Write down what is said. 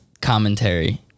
commentary